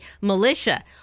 Militia